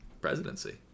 presidency